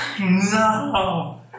No